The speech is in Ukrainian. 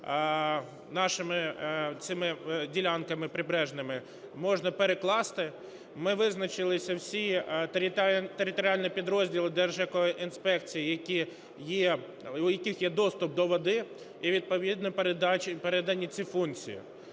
нашими цими ділянками прибережними, можна перекласти. Ми визначили всі територіальні підрозділи Держекоінспекції, у яких є доступ до води і відповідно їм передні ці функції.